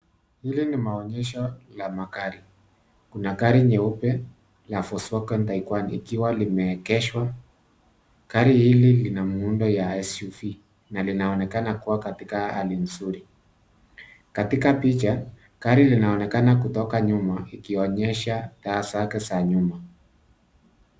Hili ni maonyesho la magari. Kuna gari nyeupe, la Volkswagen Tiguan ikiwa limeegeshwa. Gari hili lina muundo ya SUV, na linaonekana kuwa katika hali nzuri. Katika picha, gari linaonekana kutoka nyuma, ikionyesha taa zake za nyuma.